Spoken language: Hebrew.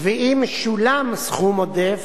ואם ישולם סכום עודף,